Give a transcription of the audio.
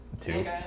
Two